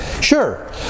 Sure